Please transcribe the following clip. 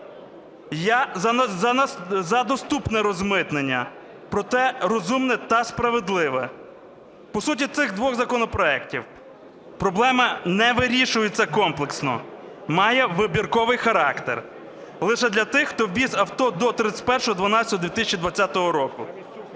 – за доступне розмитнення, проте розумне та справедливе. По суті, цих двох законопроектів. Проблема не вирішується комплексно, має вибірковий характер лише для тих, хто ввіз авто до 31.12.2020 року.